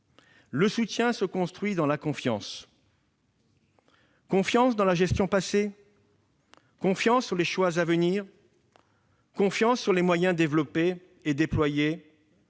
le soutien se construit dans la confiance : confiance dans la gestion passée, confiance dans les choix à venir, confiance dans les moyens développés et déployés.